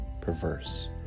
perverse